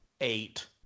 eight